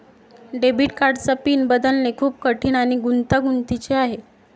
debit कार्डचा PIN बदलणे खूप कठीण आणि गुंतागुंतीचे आहे